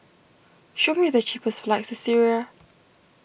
show me the cheapest flights to Syria